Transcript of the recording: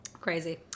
crazy